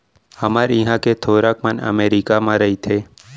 हमर इहॉं के थोरक मन अमरीका म रइथें